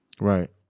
Right